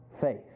faith